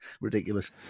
Ridiculous